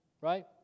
Right